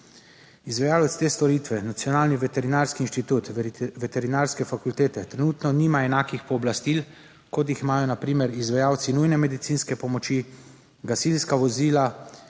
Izvajalec te storitve, Nacionalni veterinarski inštitut Veterinarske fakultete, trenutno nima enakih pooblastil, kot jih imajo na primer izvajalci nujne medicinske pomoči, gasilska vozila